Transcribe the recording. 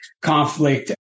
conflict